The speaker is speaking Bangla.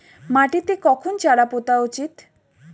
মাটিতে কখন চারা পোতা উচিৎ?